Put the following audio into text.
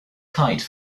kite